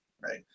right